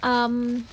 um